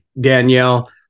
Danielle